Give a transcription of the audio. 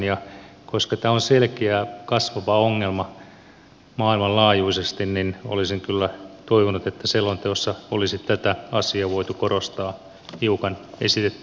koska tämä on selkeä kasvava ongelma maailmanlaajuisesti niin olisin kyllä toivonut että selonteossa olisi tätä asiaa voitu korostaa hiukan esitettyä enemmän